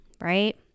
right